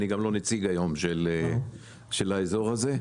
אני גם לא נציג היום של האזור הזה,